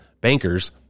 bankers